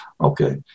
Okay